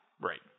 Right